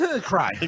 cry